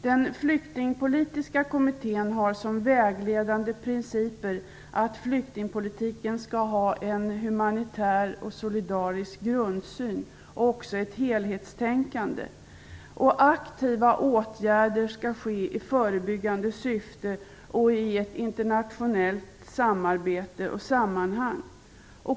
Den flyktingpolitiska kommittén har som vägledande principer att flyktingpolitiken skall ha en humanitär och solidarisk grundsyn och också ett helhetstänkande. Aktiva åtgärder skall vidtas i förebyggande syfte och i ett internationellt samarbete och sammanhang.